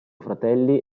fratelli